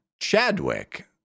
Chadwick